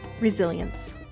Resilience